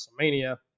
WrestleMania